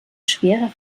schwerer